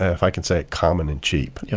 ah if i can say it, common and cheap. yeah